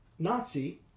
Nazi